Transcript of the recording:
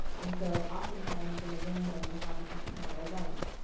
and so, oftentimes, in the room when we have an entrepreneurial event,